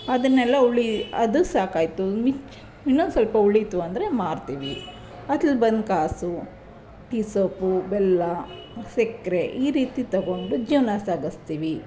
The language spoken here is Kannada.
ಅದನ್ನೆಲ್ಲ ಉಳಿ ಅದು ಸಾಕಾಯಿತು ಇನ್ನು ಮಿಕ್ಕಿ ಇನ್ನೊಂದು ಸ್ವಲ್ಪ ಉಳಿತು ಅಂದರೆ ಮಾರ್ತೀವಿ ಅದ್ರಲ್ಲಿ ಬಂದು ಕಾಸು ಈ ಸೊಪ್ಪು ಬೆಲ್ಲ ಸಕ್ಕರೆ ಈ ರೀತಿ ತಗೊಂಡು ಜೀವನ ಸಾಗಿಸ್ತೀವಿ